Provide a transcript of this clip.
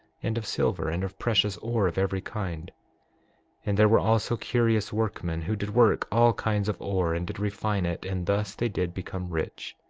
and of silver, and of precious ore of every kind and there were also curious workmen, who did work all kinds of ore and did refine it and thus they did become rich.